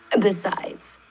besides.